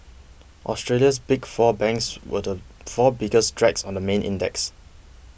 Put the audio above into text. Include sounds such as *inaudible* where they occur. Australia's Big Four banks were the four biggest drags on the main index *noise*